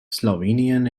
slovenian